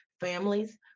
families